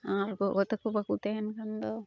ᱟᱨ ᱜᱚᱜᱚ ᱛᱟᱠᱚ ᱵᱟᱠᱚ ᱛᱮᱦᱮᱱ ᱠᱷᱟᱱᱫᱚ